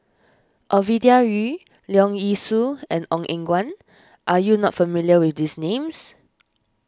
Ovidia Yu Leong Yee Soo and Ong Eng Guan are you not familiar with these names